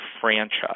franchise